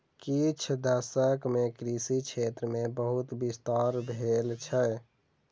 किछ दशक मे कृषि क्षेत्र मे बहुत विस्तार भेल छै